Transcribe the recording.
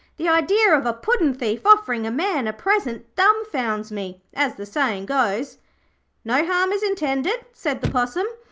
the idea of a puddin'-thief offering a man a present dumbfounds me, as the saying goes no harm is intended said the possum,